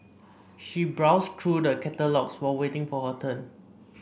she browsed through the catalogues while waiting for her turn